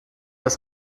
das